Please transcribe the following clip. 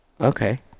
Okay